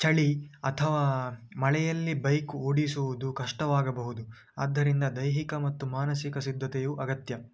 ಚಳಿ ಅಥವಾ ಮಳೆಯಲ್ಲಿ ಬೈಕ್ ಓಡಿಸುವುದು ಕಷ್ಟವಾಗಬಹುದು ಆದ್ಧರಿಂದ ದೈಹಿಕ ಮತ್ತು ಮಾನಸಿಕ ಸಿದ್ಧತೆಯು ಅಗತ್ಯ